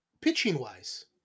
pitching-wise